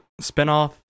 spinoff